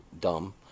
dumb